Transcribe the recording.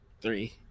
Three